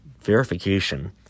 verification